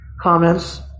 comments